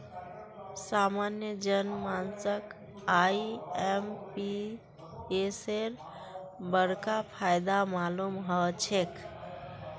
सामान्य जन मानसक आईएमपीएसेर बडका फायदा मालूम ह छेक